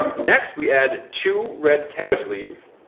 next we add two red cabbage leaves.